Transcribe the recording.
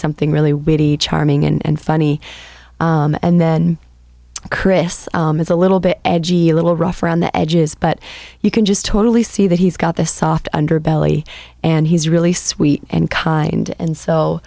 something really really charming and funny and then chris is a little bit edgy a little rough around the edges but you can just totally see that he's got this soft underbelly and he's really sweet and kind and so